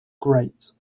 great